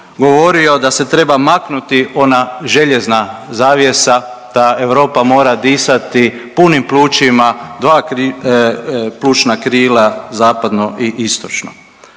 govorio da se treba maknuti ona željezna zavjesa, da Europa mora disati punim plućima, dva plućna krila zapadno i istočno.